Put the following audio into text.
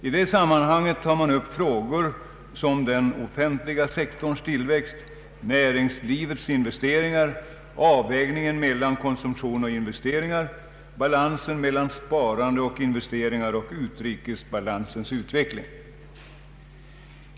I det sammanhanget upptas även frågor såsom den offentliga sektorns tillväxt, näringslivets investeringar, avvägningen mellan konsumtion och investeringar, balansen mellan sparande och investeringar samt utrikesbalansens utveckling.